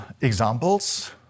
Examples